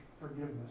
forgiveness